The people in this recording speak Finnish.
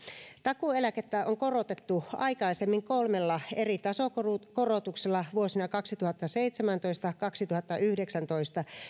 takuueläkettä on korotettu aikaisemmin kolmella eri tasokorotuksella vuosina kaksituhattaseitsemäntoista viiva kaksituhattayhdeksäntoista